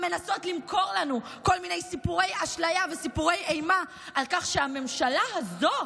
המנסות למכור לנו כל מיני סיפורי אשליה וסיפורי אימה על כך שהממשלה הזו,